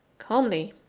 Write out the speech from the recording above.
calmly?